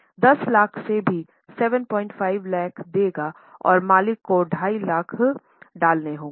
10 लाख से वे 75 लाख देंगे और मालिक को 25 लाख डालने होंगे